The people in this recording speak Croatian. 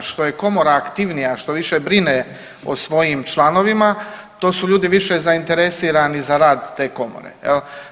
Što je komora aktivnija, što više brine o svojim članovima to su ljudi više zainteresirani za rad te komore jel.